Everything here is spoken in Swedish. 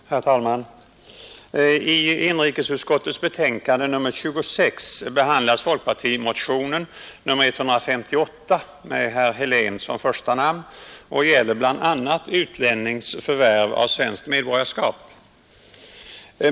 Herr talman! I inrikesutskottets betänkande nr 26 behandlas folkpartimotionen 158 med herr Helén som första namn rörande bl.a. utlännings förvärv av svenskt medborgarskap.